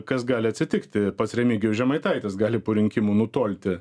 kas gali atsitikti pats remigijus žemaitaitis gali po rinkimų nutolti